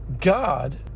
God